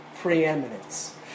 preeminence